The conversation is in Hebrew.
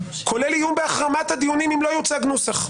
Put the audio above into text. כולל איום בהחרמת הדיונים אם לא יוצג נוסח.